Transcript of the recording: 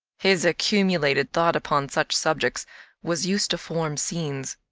his accumulated thought upon such subjects was used to form scenes.